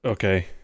Okay